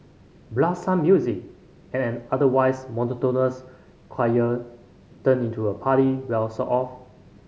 blast some music and an otherwise monotonous chore turn into a party well sort of